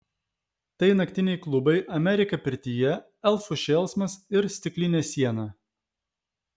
tai naktiniai klubai amerika pirtyje elfų šėlsmas ir stiklinė siena